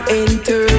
enter